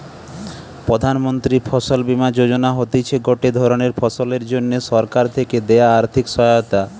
প্রধান মন্ত্রী ফসল বীমা যোজনা হতিছে গটে ধরণের ফসলের জন্যে সরকার থেকে দেয়া আর্থিক সহায়তা